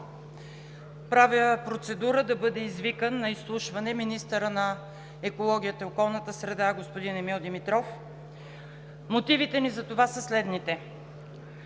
Правя процедура да бъде извикан на изслушване министърът на околната среда и водите господин Емил Димитров. Мотивите ни за това са следните: